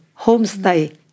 homestay